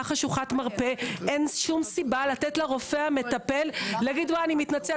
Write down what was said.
חשוכת מרפא אין שום סיבה לתת לרופא המטפל להגיד: "אני מתנצל,